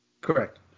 Correct